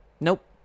Nope